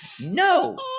No